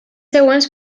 següents